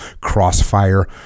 crossfire